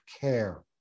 care